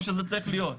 מה שזה צריך להיות,